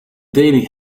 daily